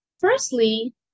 Firstly